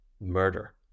murder